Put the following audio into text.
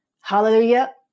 Hallelujah